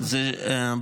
אירועים,